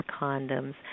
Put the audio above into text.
condoms